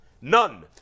None